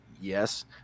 Yes